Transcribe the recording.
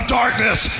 darkness